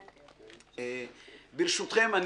ברשותכם,